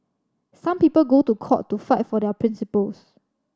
some people go to court to fight for their principles